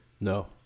No